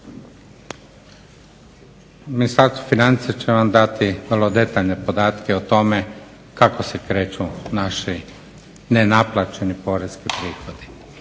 Ministarstvo financija će vam dati vrlo detaljne podatke o tome kako se kreću naši nenaplaćeni poreski prihodi.